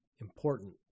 important